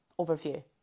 overview